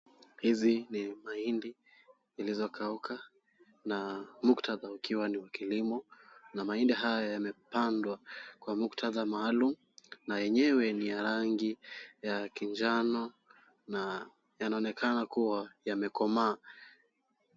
Hizi ni mahindi zilizokauka na muktadha ukiwa ni wa kilimo na mahindi haya yamepandwa kwa muktadha maalum na yenyewe ni ya rangi ya kijana na yanaonekana kuwa yamekomaa.